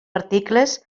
articles